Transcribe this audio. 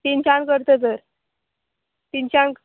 तिनशान करता तर तिनशांक